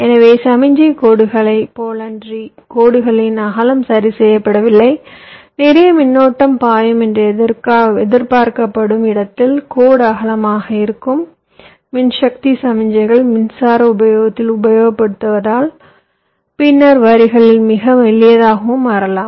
எனவே சமிக்ஞை கோடுகளைப் போலன்றி கோடுகளின் அகலம் சரி செய்யப்படவில்லை நிறைய மின்னோட்டம் பாயும் என்று எதிர்பார்க்கப்படும் இடத்தில் கோடு அகலமாக இருக்கும் மின்சக்தி சமிக்ஞைகள் மின்சார விநியோகத்தில் விநியோகிக்கப்படுவதால் பின்னர் வரிகளில் மிக மெல்லியதாகவும் மாறலாம்